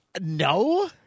No